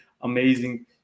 amazing